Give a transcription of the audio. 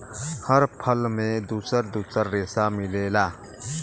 हर फल में दुसर दुसर रेसा मिलेला